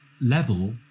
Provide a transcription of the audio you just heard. level